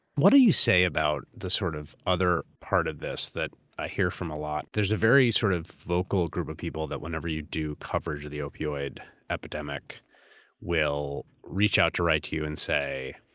what do you say about the sort of other part of this that i hear from a lot, there's a very sort of vocal group of people that whenever you do coverage of the opioid epidemic will reach out to write to you and say,